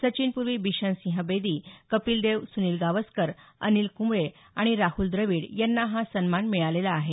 सचिनपूर्वी बिशन सिंह बेदी कपिल देव सुनील गावस्कर अनिल कुंबळे आणि राहुल द्रविड यांना हा सन्मान मिळालेला आहे